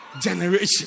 Generation